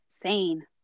sane